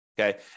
Okay